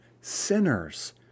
sinners